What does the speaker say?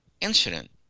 incident